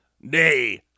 Nay